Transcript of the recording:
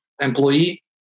employee